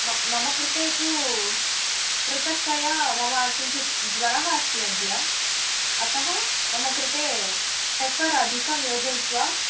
मम कृते तु पृथक्तया मम किञ्चित् ज्वरः अस्ति अद्य अतः मम कृते पेप्पर् अधिकं योजयित्वा